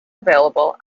available